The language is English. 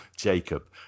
Jacob